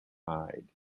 tied